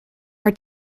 are